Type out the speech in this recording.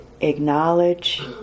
acknowledge